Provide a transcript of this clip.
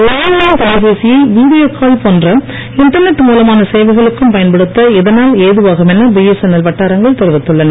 land line தொலை பேசியை video call போன்ற இண்டர்நெட் மூலமான சேவைகளுக்கும் பயன்படுத்த இதனால் ஏதுவாகும் என பிஎஸ்என்எல் வட்டாரங்கள் தெரிவித்துள்ளன